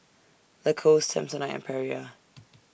Lacoste Samsonite and Perrier